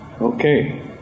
Okay